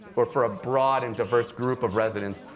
or for a broad and diverse group of residents,